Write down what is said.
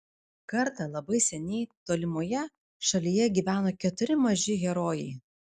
kartą labai seniai tolimoje šalyje gyveno keturi maži herojai